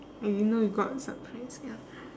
y~ you know you got some friends ya